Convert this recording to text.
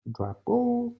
drapeaux